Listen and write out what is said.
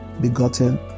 begotten